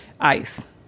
ice